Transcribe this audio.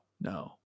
no